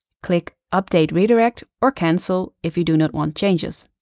click update redirect, or cancel if you do not want changes.